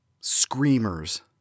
Screamers